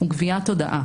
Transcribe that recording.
גביית הודעה.